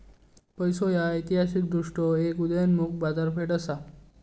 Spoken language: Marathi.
पैसो ह्या ऐतिहासिकदृष्ट्यो एक उदयोन्मुख बाजारपेठ असा